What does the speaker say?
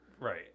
right